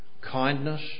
Kindness